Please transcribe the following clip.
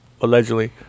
Allegedly